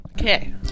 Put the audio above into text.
Okay